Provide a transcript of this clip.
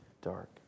dark